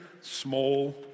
small